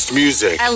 music